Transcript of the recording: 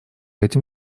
этим